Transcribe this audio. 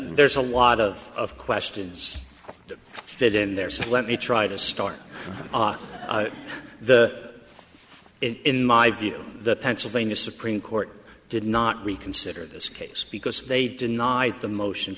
there's a lot of questions to fit in there so let me try to start the it in my view that pennsylvania supreme court did not reconsider this case because they denied the motion